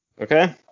Okay